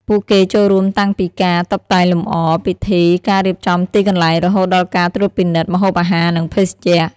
ពួកគេចូលរួមតាំងពីការ តុបតែងលម្អ ពិធី ការរៀបចំ ទីកន្លែង រហូតដល់ការត្រួតពិនិត្យ ម្ហូបអាហារ និងភេសជ្ជៈ។